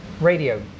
radio